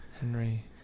henry